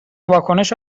واکنش